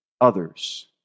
others